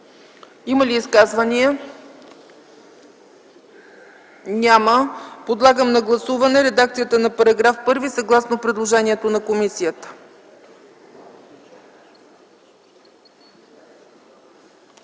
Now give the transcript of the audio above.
Има ли изказвания? Няма. Моля, гласувайте редакцията на § 1 съгласно предложението на комисията.